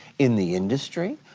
in the industry,